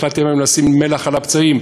החלטתם היום לשים לי מלח על הפצעים,